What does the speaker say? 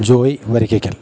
Joy Varakkekkal